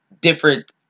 different